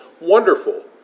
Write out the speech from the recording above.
wonderful